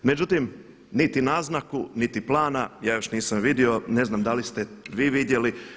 Međutim, niti naznaku niti plana ja još nisam vidio, ne znam da li ste vi vidjeli.